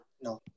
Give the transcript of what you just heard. No